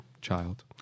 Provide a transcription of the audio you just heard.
child